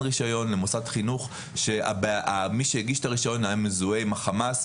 רישיון למוסד חינוך שמי שהגיש את הרישיון היה מזוהה עם החמאס,